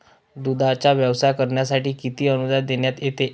दूधाचा व्यवसाय करण्यासाठी किती अनुदान देण्यात येते?